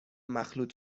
مخلوط